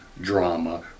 drama